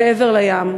מעבר לים.